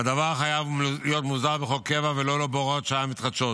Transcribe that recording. והדבר חייב להיות מוסדר בחוק קבע ולא בהוראות שעה מתחדשות.